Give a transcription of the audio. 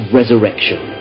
resurrection